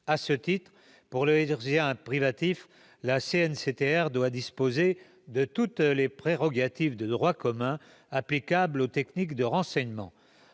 À ce titre, pour le hertzien privatif, la CNCTR doit disposer de toutes les prérogatives de droit commun applicables aux techniques de renseignement.